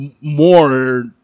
more